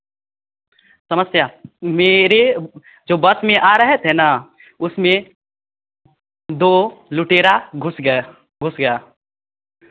समस्या मेरे जो बस में आ रहे थे ना उसमें दो लुटेरा घुस गए घुस गया